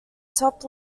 top